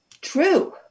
true